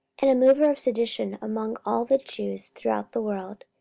and a mover of sedition among all the jews throughout the world,